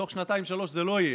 בתוך שנתיים-שלוש זה לא יהיה,